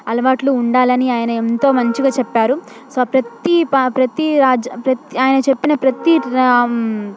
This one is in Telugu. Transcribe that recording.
అలవాట్లు ఉండాలని ఆయన ఎంతో మంచిగా చెప్పారు సో ప్రతీ ప ప్రతీ రాజ్య ప్రతీ ఆయన చెప్పిన ప్రతీ రా